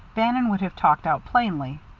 bannon would have talked out plainly.